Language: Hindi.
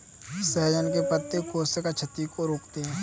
सहजन के पत्ते कोशिका क्षति को रोकते हैं